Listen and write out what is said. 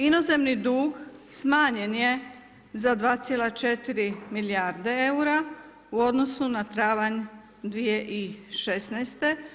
Inozemni dug smanjen je za 2,4 milijarde eura u odnosu na travanj 2016.